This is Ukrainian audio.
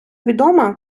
відома